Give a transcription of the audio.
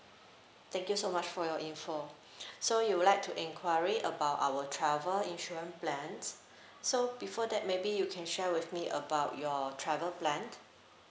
thank you so much for your info so you would like to enquiry about our travel insurance plans so before that maybe you can share with me about your travel plan